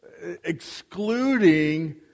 excluding